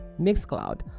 mixcloud